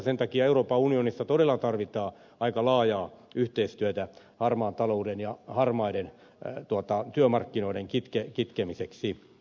sen takia euroopan unionissa todella tarvitaan aika laajaa yhteistyötä harmaan talouden ja harmaiden työmarkkinoiden kitkemiseksi